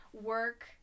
work